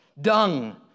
dung